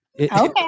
Okay